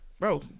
Bro